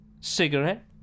cigarette